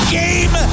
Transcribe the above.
game